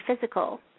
physical